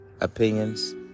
opinions